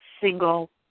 single